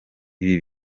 ibi